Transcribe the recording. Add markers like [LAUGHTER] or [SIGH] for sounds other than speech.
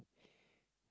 [BREATH]